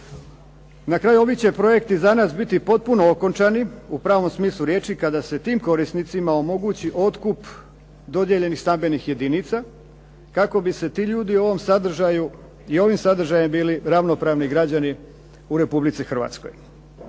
Na kraju ovi će projekti za nas potpuno biti okončani u pravom smislu riječi kada se tim korisnicima omogući otkup dodijeljenih stambenih jedinica, kako bi se ti ljudi u ovom sadržaju i ovim sadržajem bili ravnopravni građani u Republici Hrvatskoj.